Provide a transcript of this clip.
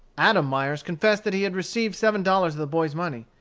adam myers confessed that he had received seven dollars of the boy's money.